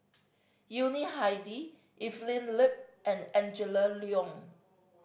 Yuni Hadi Evelyn Lip and Angela Liong